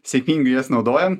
sėkmingai jas naudojam